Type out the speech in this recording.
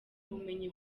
ubumenyi